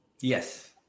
Yes